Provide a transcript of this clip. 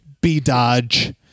B-Dodge